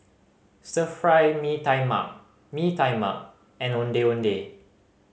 Stir Fry Mee Tai Mak Mee Tai Mak and Ondeh Ondeh